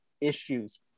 issues